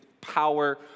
power